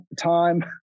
time